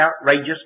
outrageous